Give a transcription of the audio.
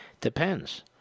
Depends